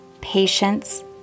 patience